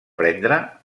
prendre